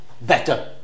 better